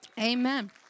Amen